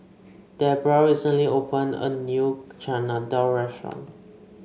Debbra recently opened a new Chana Dal Restaurant